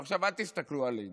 או עכשיו אל תסתכלו עלינו,